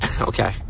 okay